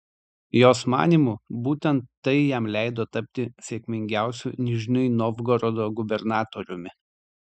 jos manymu būtent tai jam leido tapti sėkmingiausiu nižnij novgorodo gubernatoriumi